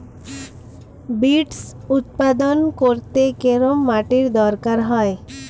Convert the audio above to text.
Beets উৎপাদন করতে কেরম মাটির দরকার হয়?